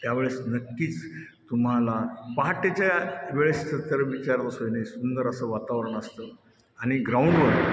त्यावेळेस नक्कीच तुम्हाला पहाटेच्या वेळेस तर विचारायची सोय नाही सुंदर असं वातावरण असतं आणि ग्राउंडवर